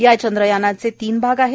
या चंद्रयानाच तीन भाग आहेत